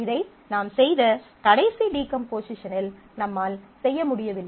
இதை நாம் செய்த கடைசி டீகம்போசிஷனில் நம்மால் செய்ய முடியவில்லை